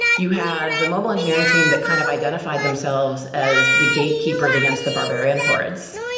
you had the mobile engineering team that kind of identified themselves as the gatekeepers against the barbarian hordes.